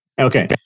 Okay